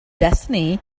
destiny